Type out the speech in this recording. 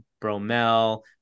Bromel